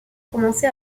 commencé